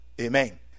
Amen